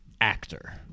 actor